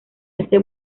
ese